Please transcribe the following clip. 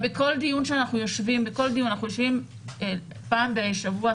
בכל דיון שאנחנו יושבים אנחנו יושבים פעם בשבוע,